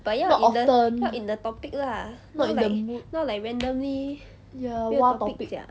but 要 in the 要 in the topic lah now like now like randomly 没有 topic 讲